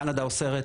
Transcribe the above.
קנדה אוסרת,